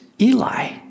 Eli